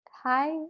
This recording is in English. hi